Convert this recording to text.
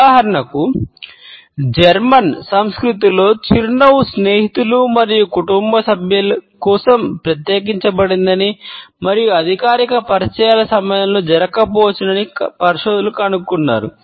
ఉదాహరణకు జర్మన్ సంస్కృతిలో చిరునవ్వు స్నేహితులు మరియు కుటుంబ సభ్యుల కోసం ప్రత్యేకించబడిందని మరియు అధికారిక పరిచయాల సమయంలో జరగకపోవచ్చునని పరిశోధకులు కనుగొన్నారు